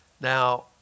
Now